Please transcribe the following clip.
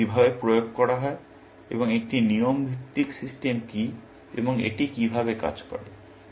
তাদের কিভাবে প্রয়োগ করা হয় এবং একটি নিয়ম ভিত্তিক সিস্টেম কি এবং এটি কিভাবে কাজ করে